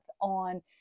on